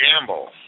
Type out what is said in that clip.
gamble